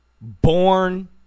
born